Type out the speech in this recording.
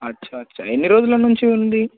అచ్చా అచ్చా ఎన్ని రోజుల నుంచి ఉంది